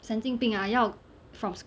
神经病啊要 from scratch 然后又考得好 hor 是一个很奇怪的事而且我没有用工 leh